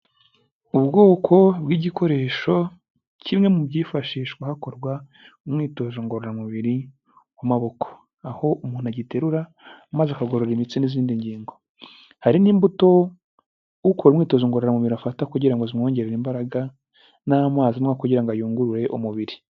Ubwoko bw'igikoresho, kimwe mu byifashishwa hakorwa umwitozo ngororamubiri ku maboko, aho umuntu agiterura maze akagorora imitsi n'izindi ngingo, hari n'imbuto ukora umwitozo ngororamubiri afata kugira ngo zimwongere imbaraga n'amazi anywa kugira ngo ayungurure umubiri.